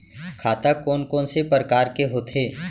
खाता कोन कोन से परकार के होथे?